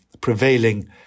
prevailing